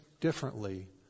differently